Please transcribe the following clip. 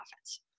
offense